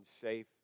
safe